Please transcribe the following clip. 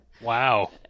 Wow